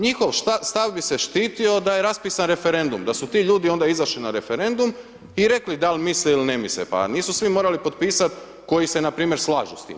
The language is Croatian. Njihov stav bi se štitio da je raspisan referendum, da su ti ljudi onda izašli na referendum i rekli da li misle i li ne misle pa nisu svi morali potpisali koji se npr. slažu sa time.